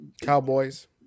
Cowboys